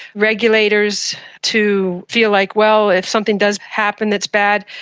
regulators, to feel like, well, if something does happen that's bad,